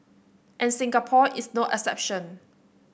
and Singapore is no exception